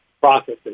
processes